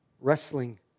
wrestling